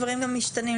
הדברים משתנים,